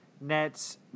Nets